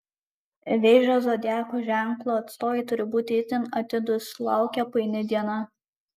vėžio zodiako ženklo atstovai turi būti itin atidūs laukia paini diena